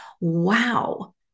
wow